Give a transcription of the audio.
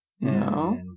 No